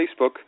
Facebook